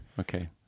Okay